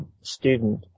student